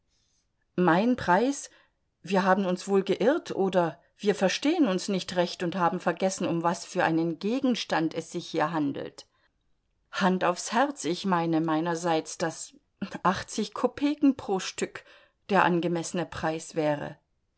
mein preis wir haben uns wohl geirrt oder wir verstehen uns nicht recht und haben vergessen um was für einen gegenstand es sich hier handelt hand aufs herz ich meine meinerseits daß achtzig kopeken pro stück der angemessene preis wäre